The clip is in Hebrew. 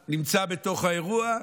והיה בתוך האירוע?